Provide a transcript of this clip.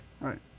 Right